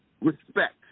respect